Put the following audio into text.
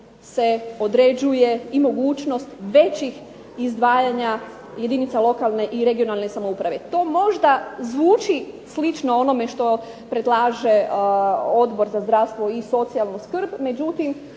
se određuje i mogućnost većih izdvajanja i jedinica lokalne i regionalne samouprave. To možda zvuči slično onome što predlaže Odbor za zdravstvo i socijalnu skrb.